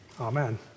Amen